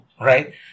right